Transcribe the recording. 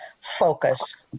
focus